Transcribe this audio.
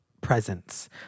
presence